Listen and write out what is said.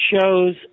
shows